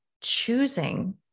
choosing